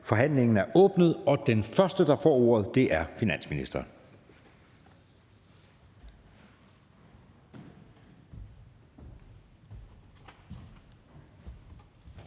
Forhandlingen er åbnet. Den første, der får ordet, er udlændinge-